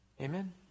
Amen